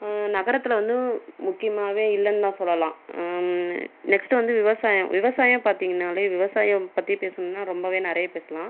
நகரத்தில் வந்து முக்கியமாகவே இல்லைன்னுதா சொல்லலாம் நெக்ஸ்ட்டு வந்து விவசாயம் விவசாயம் பார்த்தீங்கன்னாவே விவசாயம் பற்றி பேசணும்னா ரொம்பவே நிறைய பேசலாம்